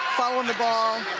following the ball